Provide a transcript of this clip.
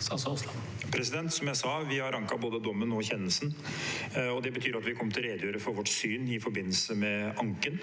Som jeg sa: Vi har anket både dommen og kjennelsen. Det betyr at vi kommer til å redegjøre for vårt syn i forbindelse med anken.